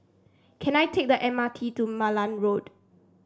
can I take the M R T to Malan Road